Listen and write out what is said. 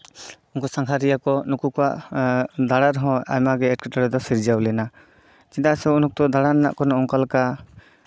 ᱩᱱᱠᱩ ᱥᱟᱸᱜᱷᱟᱨᱤᱭᱟᱹ ᱠᱚ ᱱᱩᱠᱩ ᱠᱚᱣᱟᱜ ᱫᱟᱬᱮ ᱨᱮᱦᱚᱸ ᱟᱭᱢᱟ ᱜᱮ ᱮᱴᱠᱮᱴᱚᱲᱮ ᱫᱚ ᱥᱤᱨᱡᱟᱹᱣ ᱞᱮᱱᱟ ᱪᱮᱫᱟᱜ ᱥᱮ ᱩᱱ ᱚᱠᱛᱚ ᱫᱟᱬᱟᱱ ᱨᱮᱱᱟᱜ ᱠᱳᱱᱳ ᱚᱱᱠᱟ ᱞᱮᱠᱟ